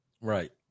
Right